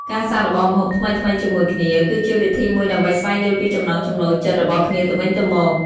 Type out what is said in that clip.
ការសាកល្បងម្ហូបថ្មីៗជាមួយគ្នា គឺជាវិធីមួយដើម្បីស្វែងយល់ពីចំណង់ចំណូលចិត្តរបស់គ្នាទៅវិញទៅមក។